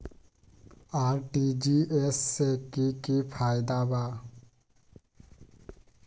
RTGS से की की फायदा बा?